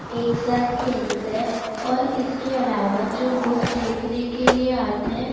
ایک ساتھ کھیلتے ہیں اور اس کے علاوہ جو لوگ دیکھنے کے لیے آتے ہیں